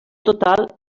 total